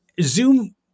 Zoom